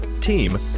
team